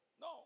No